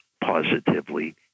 positively